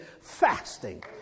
fasting